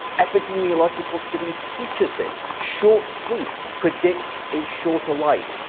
epidemiological studies teaches this. short sleep predicts a shorter life.